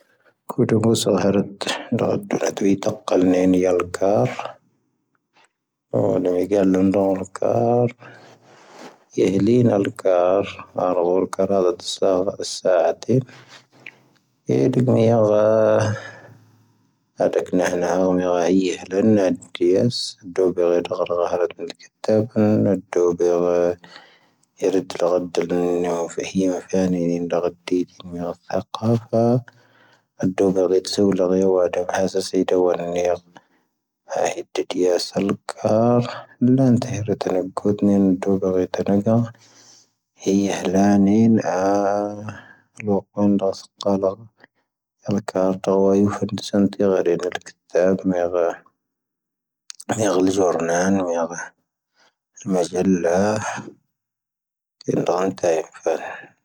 ⴰⴷⴷⵓⴱⴻⵔⵉⵜⵙⴻⵓⵍⴰⵔⵉ ⵡⴰ ⴰⴷⴷⵓⴼ ⵀⴰⵙⴰⵙⴻⵉⴷⵓ ⵡⴰ ⵏⵉⵔ. ⴰⵀⵉⴷⴷⵉⵢⴰⴰⵙⴰ ⵍⵓⴽⴽⴰⵔ. ⵍⴰⵏ ⵜⴰⵀⵔⵉⵜⴰⵍ ⴰⵏⴳⵓⴷⵏⵉⵍ ⴰⴷⴷⵓⴱⴻⵔⵉⵜⴰⵍ ⵏⴳⴰ. ⵀⵉⵢⴰ ⵀⵍⴰⵏⵉ ⵏⴳⴰ. ⴰⵍⵡⴰⴽoⵏⴷⵔⴰⵙ ⵇⴰⵍⴰⴽ. ⴰⵍⴽⴰⵔ ⵜⴰⵡⴰⵢⵓⴼⴰⵏ ⵙⴻⵏⵜⵉⵇⴰ ⴷⵉⵏ ⴻⵍⴽⵉⵜⴰⴱ ⵎⴻⵔⴰ. ⵎⴻⵔⴻ ⵊoⵔⵏⴰⵏ ⵎⴻⵔⴰ. ⵎⴻⵔⴻ ⵊⴰⵍⵍⴰ. ⴷⵉⵏ ⴷⵀⴰⵏ ⵜⴰⵀⵉⴼⴰⵏ.